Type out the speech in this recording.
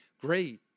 Great